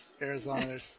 Arizona